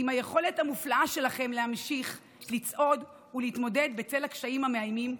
עם היכולת המופלאה שלכם להמשיך לצעוד ולהתמודד בצל הקשיים המאיימים,